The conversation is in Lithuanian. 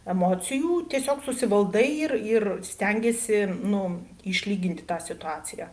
emocijų tiesiog susivaldai ir ir stengiesi nu išlyginti tą situaciją